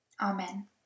Amen